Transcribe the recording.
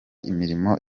imirimo